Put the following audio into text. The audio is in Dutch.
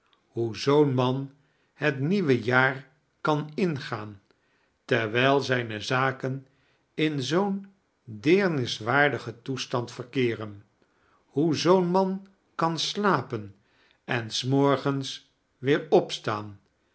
hoe zoo'n man net nieuwe jaar kan ingaan terwijl zijne zaken in zoo'n deerniswaardigen toestand verkeeren hoe zoo'n man kan slapen en s morgens weer opstaan